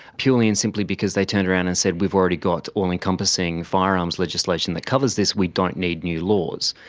purely and simply because they turned around and said we've already got all-encompassing firearms legislation that covers this, we don't need new laws.